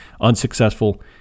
unsuccessful